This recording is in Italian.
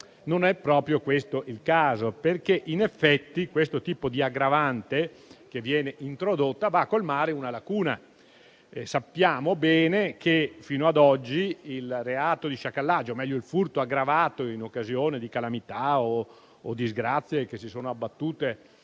sia proprio questo il caso. In effetti, il tipo di aggravante introdotta colma una lacuna. Sappiamo bene che fino a oggi il reato di sciacallaggio - o, meglio, il furto aggravato in occasione di calamità o disgrazie che si sono abbattute